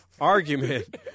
argument